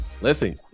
Listen